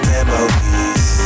Memories